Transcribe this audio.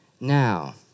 now